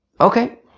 Okay